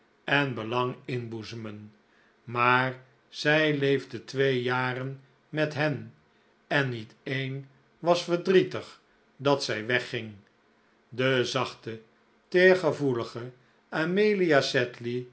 en belang inboezemen maar zij leefde twee jaren met hen en niet een was verdrietig dat zij weg ging de zachte teergevoelige amelia